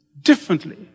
differently